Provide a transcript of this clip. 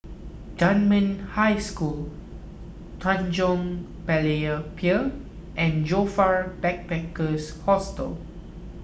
Dunman High School Tanjong Berlayer Pier and Joyfor Backpackers' Hostel